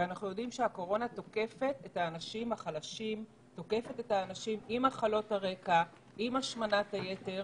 אנחנו יודעים שקורונה תוקפת אנשים חלשים עם מחלות הרקע ועם השמנת היתר,